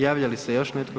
Javlja li se još netko?